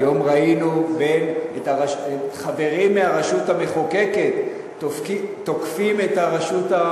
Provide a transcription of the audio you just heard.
היום ראינו חברים מהרשות המחוקקת תוקפים את הרשות,